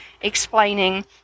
explaining